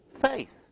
faith